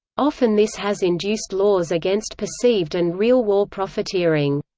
often this has induced laws against perceived and real war profiteering.